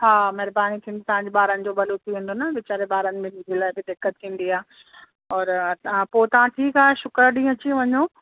हा महिरबानी थींदी तव्हां जे ॿारनि जो भलो थी वेंदो न विचारे ॿारनि जे लाइ बि दिक़त थींदी आहे और हा पोइ तव्हां ठीकु आहे शुक्रवारु ॾींहुं अची वञो